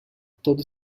todo